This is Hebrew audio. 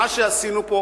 מה שעשינו פה,